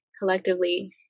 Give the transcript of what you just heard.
collectively